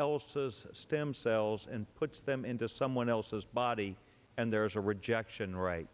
else's stem cells and puts them into someone else's body and there's a rejection right